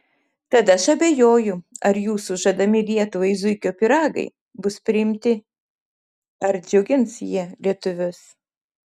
tad aš abejoju ar jūsų žadami lietuvai zuikio pyragai bus priimti ar džiugins jie lietuvius